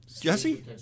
Jesse